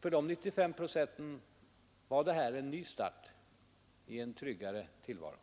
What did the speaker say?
För dessa 95 procent innebar detta en ny start och en tryggare tillvaro.